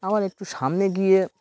আমার একটু সামনে গিয়ে